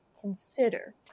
consider